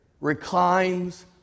reclines